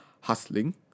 hustling